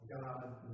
God